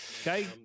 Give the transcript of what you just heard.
Okay